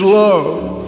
love